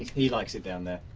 he likes it down there.